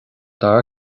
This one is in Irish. dara